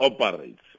operates